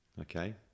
Okay